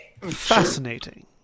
Fascinating